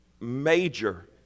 major